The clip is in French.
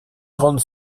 grandes